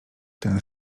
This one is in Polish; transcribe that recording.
ten